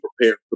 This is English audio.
prepare